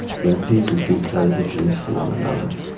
when people do terrible things to one another,